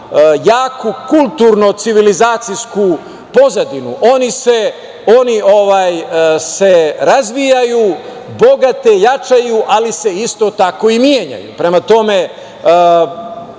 jaku kulturno-civilizacijsku pozadinu, oni se razvijaju, bogate, jačaju, ali se isto tako i menjaju. Prema tome,